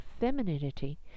femininity